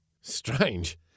Strange